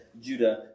Judah